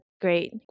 great